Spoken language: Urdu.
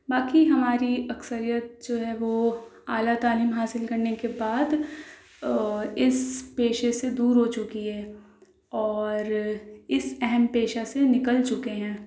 باقی ہماری اکثریت جو ہے وہ اعلیٰ تعلیم حاصل کرنے کے بعد اس پیشے سے دور ہو چکی ہے اور اس اہم پیشہ سے نکل چکے ہیں